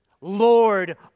Lord